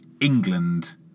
England